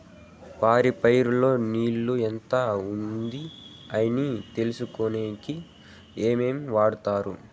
వరి పైరు లో నీళ్లు ఎంత ఉంది అని తెలుసుకునేకి ఏమేమి వాడతారు?